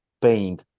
paying